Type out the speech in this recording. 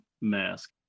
mask